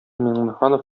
миңнеханов